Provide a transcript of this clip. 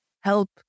help